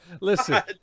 Listen